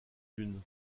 lune